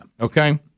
Okay